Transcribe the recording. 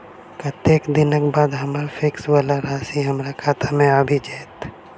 कत्तेक दिनक बाद हम्मर फिक्स वला राशि हमरा खाता मे आबि जैत?